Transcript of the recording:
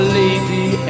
lady